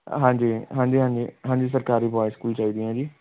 ਹਾਂਜੀ ਹਾਂਜੀ ਹਾਂਜੀ ਹਾਂਜੀ ਸਰਕਾਰੀ ਬੋਆਏ ਸਕੂਲ ਚਾਹੀਦੀਆਂ ਜੀ